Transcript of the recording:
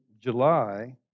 July